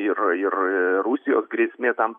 ir ir rusijos grėsmė tam